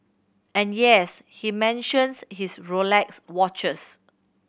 and yes he mentions his Rolex watches